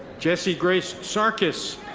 jesse grace sarkis.